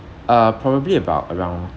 uh probably about around